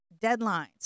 deadlines